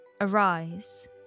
arise